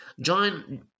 John